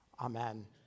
amen